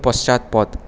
পশ্চাৎপদ